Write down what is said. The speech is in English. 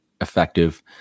effective